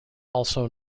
also